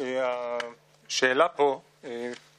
שיש איזושהי סטיגמה שמדובר באוכלוסיות חזקות אבל לא כך